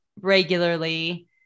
regularly